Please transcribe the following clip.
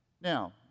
now